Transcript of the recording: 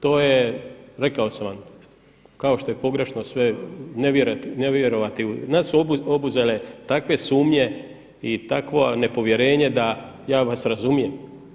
To je, rekao sam vam, kao što je pogrešno sve ne vjerovati, nas su obuzele takve sumnje i takvo nepovjerenje da ja vas razumijem.